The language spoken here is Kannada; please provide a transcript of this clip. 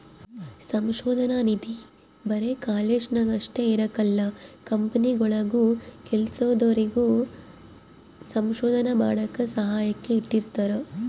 ಸಂಶೋಧನಾ ನಿಧಿ ಬರೆ ಕಾಲೇಜ್ನಾಗ ಅಷ್ಟೇ ಇರಕಲ್ಲ ಕಂಪನಿಗುಳಾಗೂ ಕೆಲ್ಸದೋರಿಗೆ ಸಂಶೋಧನೆ ಮಾಡಾಕ ಸಹಾಯಕ್ಕ ಇಟ್ಟಿರ್ತಾರ